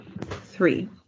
three